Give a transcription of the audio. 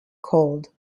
cold